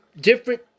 different